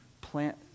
plant